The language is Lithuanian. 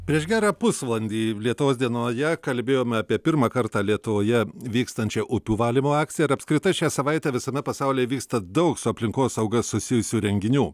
prieš gerą pusvalandį lietuvos dienoje kalbėjome apie pirmą kartą lietuvoje vykstančią upių valymo akciją ir apskritai šią savaitę visame pasaulyje vyksta daug su aplinkosauga susijusių renginių